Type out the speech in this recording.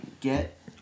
get